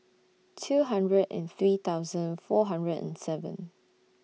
two hundred and three thousand four hundred and seven